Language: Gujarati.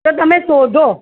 તો તમે શોધો